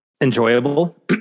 enjoyable